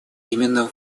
именно